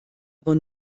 aber